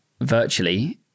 virtually